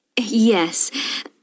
Yes